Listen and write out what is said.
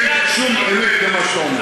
אין שום אמת במה שאתה אומר.